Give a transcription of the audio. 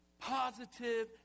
positive